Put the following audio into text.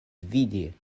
vidi